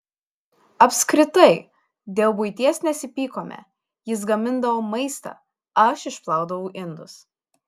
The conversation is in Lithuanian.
apskritai dėl buities nesipykome jis gamindavo maistą aš išplaudavau indus